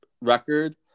record